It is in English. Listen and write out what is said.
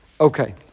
Okay